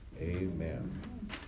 amen